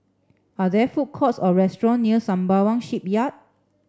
are there food courts or restaurants near Sembawang Shipyard